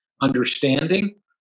understanding